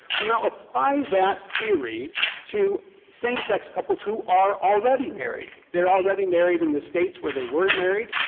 well, now apply that theory to same-sex couples who are already married. they are already married in the states where they were married.